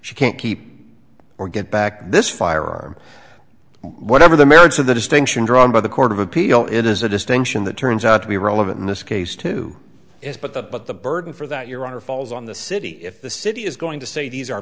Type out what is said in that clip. she can't keep or get back this firearm whatever the merits of the distinction drawn by the court of appeal it is a distinction that turns out to be relevant in this case to is but the but the burden for that your honor falls on the city if the city is going to say these are